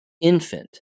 Infant